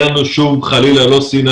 אין לנו חלילה לא שנאה,